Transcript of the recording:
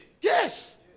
Yes